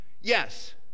yes